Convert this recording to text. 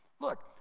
look